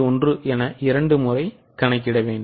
1 என இரண்டு முறை கணக்கிட வேண்டும்